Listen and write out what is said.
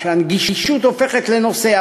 והנגישות הופכת לנושא.